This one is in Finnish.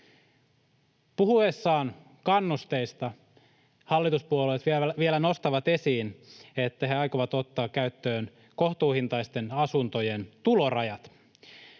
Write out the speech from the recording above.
Puhuessaan kannusteista hallituspuolueet vielä nostavat esiin, että he aikovat ottaa käyttöön kohtuuhintaisten asuntojen tulorajat.